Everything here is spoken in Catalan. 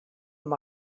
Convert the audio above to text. amb